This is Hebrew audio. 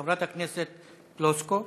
חברת הכנסת פלוסקוב,